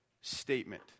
statement